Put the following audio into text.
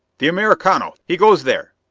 the americano! he goes there!